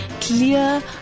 clear